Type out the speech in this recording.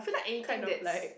kind of like